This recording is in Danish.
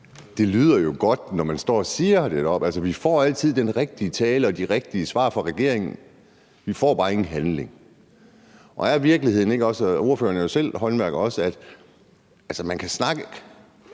jo lyder godt, når man står og siger det deroppe? Altså, vi får altid den rigtige tale og de rigtige svar fra regeringen; vi får bare ingen handling. Er virkeligheden ikke også – ordføreren er jo også selv håndværker – at man kan snakke